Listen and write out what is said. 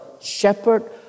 shepherd